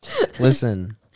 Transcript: Listen